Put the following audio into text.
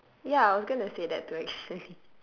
ya I was going to say that too actually